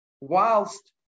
whilst